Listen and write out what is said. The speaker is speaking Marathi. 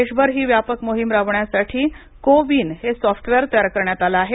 देशभर ही व्यापक मोहीम राबवण्यासाठी को विन हे सॉफ्टवेअर विकसित करण्यात आलं आहे